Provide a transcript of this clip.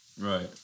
right